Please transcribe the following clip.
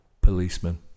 Policeman